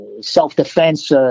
self-defense